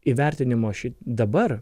įvertinimo šit dabar